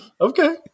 okay